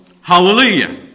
Hallelujah